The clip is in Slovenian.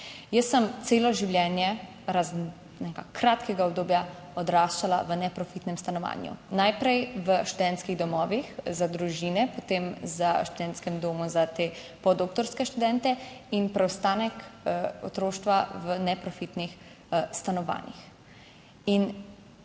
Jaz sem celo življenje, razen enega kratkega obdobja, odraščala v neprofitnem stanovanju, najprej v študentskih domovih za družine, potem v študentskem domu za te podoktorske študente in preostanek otroštva v neprofitnih stanovanjih